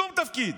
שום תפקיד.